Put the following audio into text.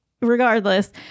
regardless